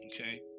okay